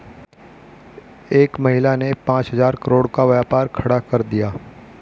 एक महिला ने पांच हजार करोड़ का व्यापार खड़ा कर दिया